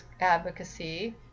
advocacy